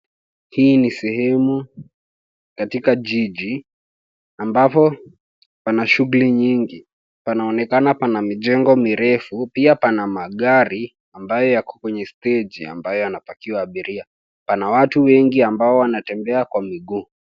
Hii ni sehemu katika jiji ambapo pana shughuli nyingi. Panaonekana pana mijengo mirefu, pia pana magari ambayo yako kwenye steji ambayo yanapakiwa abiria. Pana watu wengi ambao wanatembea kwa miguu.